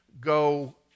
go